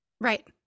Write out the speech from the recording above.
Right